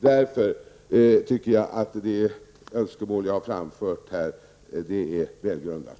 Därför tycker jag att det önskemål som jag har framfört här är välgrundat.